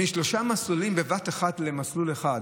מסלולים בבת אחת למסלול אחד.